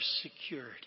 security